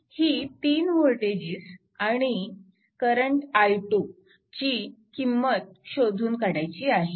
ही तीन वोल्टेजेस आणि current i2 ची किंमत मिळवायची आहे